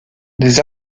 les